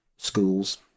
Schools